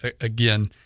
again